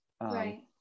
Right